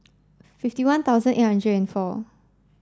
fifty one thousand eight hundred and four